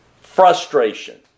frustration